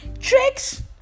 tricks